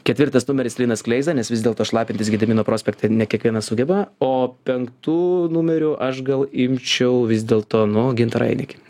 ketvirtas numeris linas kleiza nes vis dėlto šlapintis gedimino prospekte ne kiekvienas sugeba o penktu numeriu aš gal imčiau vis dėlto nu gintarą einikį